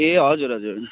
ए हजुर हजुर